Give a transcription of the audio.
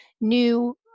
new